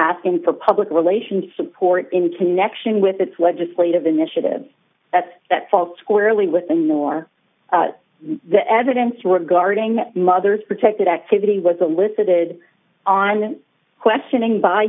asking for public relations support in connection with its legislative initiative that's that fall squarely within the or the evidence regarding mothers protected activity was a listed on questioning by